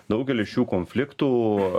daugelį šių konfliktų